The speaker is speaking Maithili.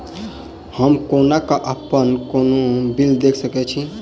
हम कोना कऽ अप्पन कोनो बिल देख सकैत छी?